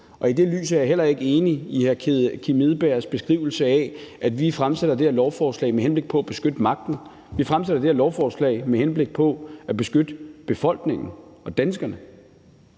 I det lys er jeg heller ikke enig i hr. Kim Edberg Andersens beskrivelse af, at vi fremsætter det her lovforslag med henblik på at beskytte magten. Vi fremsætter det her lovforslag med henblik på at beskytte befolkningen og danskerne.